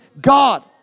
God